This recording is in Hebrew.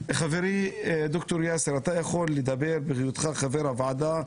חברי, ד"ר יאסר, אתה יכול לדבר בהיותך חבר הוועדה.